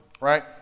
right